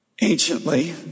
Anciently